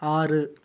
ஆறு